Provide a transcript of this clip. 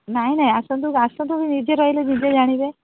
ନାହିଁ ନାହିଁ ଆସନ୍ତୁ ଆସନ୍ତୁ ନିଜେ ରହିଲେ ନିଜେ ଜାଣିବେ